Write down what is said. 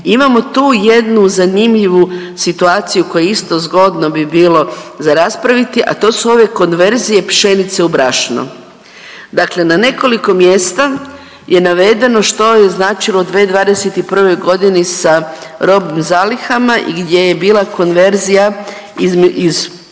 Imamo tu jednu zanimljivu situaciju koju isto zgodno bi bilo za raspraviti, a to su ove konverzije pšenice u brašno. Dakle, na nekoliko mjesta je navedeno što je značilo 2021. godini sa robnim zalihama i gdje je bila konverzija iz pšenica